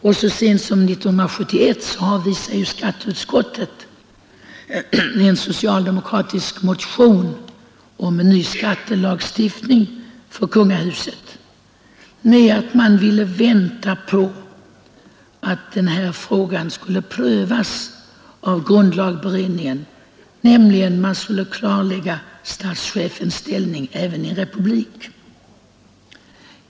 Och så sent som 1971 avvisade skatteutskottet en socialdemokratisk motion om en ny skattelagstiftning för kungahuset med att man ville vänta på att grundlagberedningen skulle klarlägga statschefens ställning även i en republik.